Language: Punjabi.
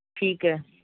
ਠੀਕ ਹੈ